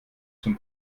zum